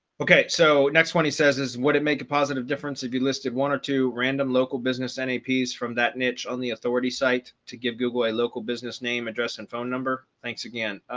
okay, so next one, he says is would it make a positive difference if you listed one or two random local business and a piece from that niche on the authority site to give google a local business name, address and phone number? thanks again?